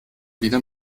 wieder